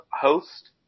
host